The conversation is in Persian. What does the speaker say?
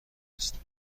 است